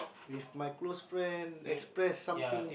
with my close friend express something